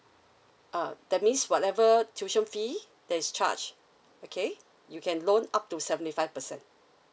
uh that means whatever tuition fee that is charged okay you can loan up to seventy five percent